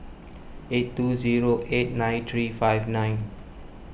eight two zero eight nine three five nine